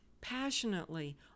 passionately